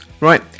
Right